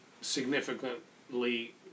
significantly